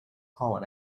pollen